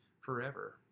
forever